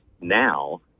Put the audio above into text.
now